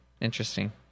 interesting